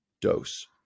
dose